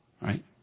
right